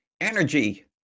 energy